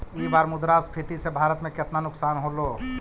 ई बार मुद्रास्फीति से भारत में केतना नुकसान होलो